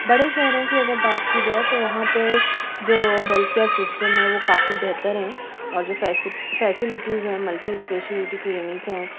بڑے شہروں کی اگر بات کی جائے تو وہاں پہ جو ہیلتھ کیئر سسٹم ہے وہ کافی بہتر ہیں اور جو فیسلٹیز ہیں ملٹی اسپیشلٹی کلینک ہیں